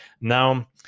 Now